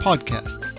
Podcast